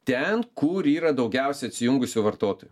ten kur yra daugiausiai atsijungusių vartotojų